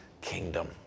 kingdom